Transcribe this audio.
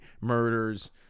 murders